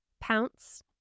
Pounce